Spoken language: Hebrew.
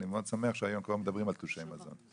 ואני מאוד שמח שהיום כבר מדברים על תלושי מזון.